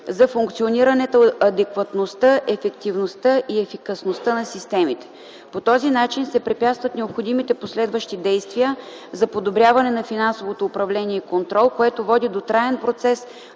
за функционирането, адекватността, ефективността и ефикасността на системите. По този начин се препятстват необходимите последващи действия за подобряване на финансовото управление и контрол, което води до траен процес